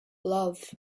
love